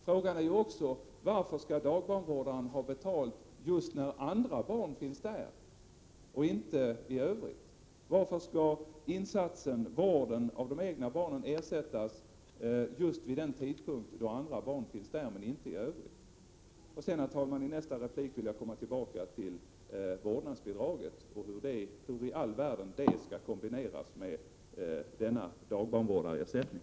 Frågan är också varför dagbarnvårdaren skall ha betalt just när andra barn finns i hemmet och inte i övrigt. Varför skall vården av de egna barnen ersättas just vid den tidpunkt då andra barn finns i hemmet och inte eljest? Herr talman! I nästa inlägg vill jag komma tillbaka till vårdnadsbidraget och hur i all världen det skall kombineras med denna ersättning till dagbarnvårdarna.